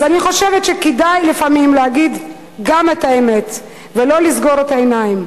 אז אני חושבת שלפעמים כדאי להגיד גם את האמת ולא לסגור את העיניים.